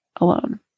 alone